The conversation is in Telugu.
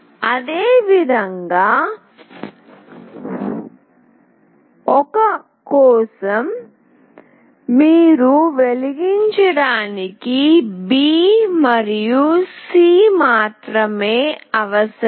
అదేవిధంగా 1 కోసం మీరు వెలిగించటానికి B మరియు C మాత్రమే అవసరం